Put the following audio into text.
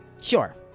sure